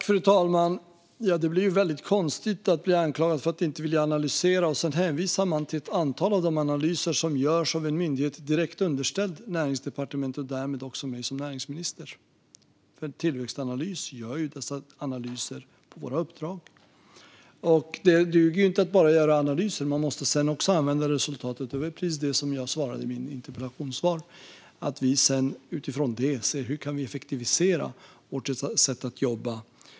Fru talman! Det är väldigt konstigt att bli anklagad för att inte vilja analysera när det sedan hänvisas till ett antal analyser som görs av en myndighet som är direkt underställd Näringsdepartementet och därmed också mig som näringsminister. Tillväxtanalys gör ju dessa analyser på uppdrag av oss. Det duger inte att bara göra analyser. Man måste också använda resultatet. Det var precis det som jag sa i mitt interpellationssvar. Utifrån detta ser vi hur vi kan effektivisera vårt sätt att jobba.